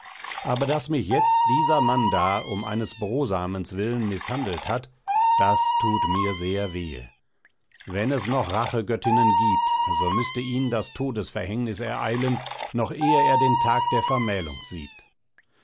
aber daß mich jetzt dieser mann da um eines brosamens willen mißhandelt hat das thut mir sehr wehe wenn es noch rachegöttinnen giebt so müsse ihn das todesverhängnis ereilen noch ehe er den tag der vermählung sieht